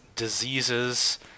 diseases